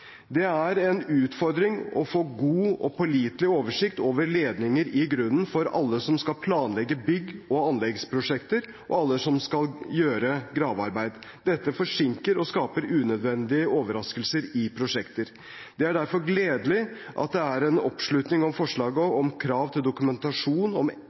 Det er en utfordring å få god og pålitelig oversikt over ledninger i grunnen for alle som skal planlegge bygg- og anleggsprosjekter, og alle som skal gjøre gravearbeid. Dette forsinker og skaper unødvendige overraskelser i prosjekter. Det er derfor gledelig at det er oppslutning om forslaget om